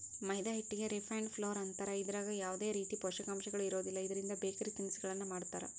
ಮೈದಾ ಹಿಟ್ಟಿಗೆ refined flour ಅಂತಾರ, ಇದ್ರಾಗ ಯಾವದೇ ರೇತಿ ಪೋಷಕಾಂಶಗಳು ಇರೋದಿಲ್ಲ, ಇದ್ರಿಂದ ಬೇಕರಿ ತಿನಿಸಗಳನ್ನ ಮಾಡ್ತಾರ